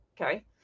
okay